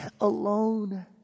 alone